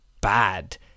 bad